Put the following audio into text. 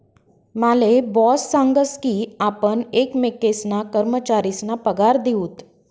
माले बॉस सांगस की आपण एकमेकेसना कर्मचारीसना पगार दिऊत